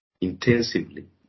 intensively